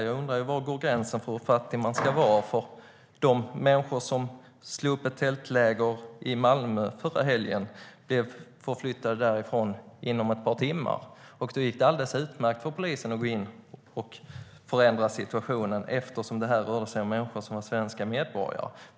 Jag undrar var gränsen går för hur fattig man ska vara. De människor som slog upp ett tältläger i Malmö förra helgen blev förflyttade därifrån inom ett par timmar. Då gick det alldeles utmärkt för polisen att gå in och förändra situationen eftersom det rörde sig om människor som var svenska medborgare.